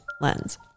Lens